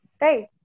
Right